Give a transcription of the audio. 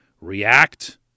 react